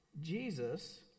Jesus